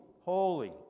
holy